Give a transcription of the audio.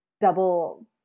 double